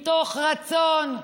מתוך רצון,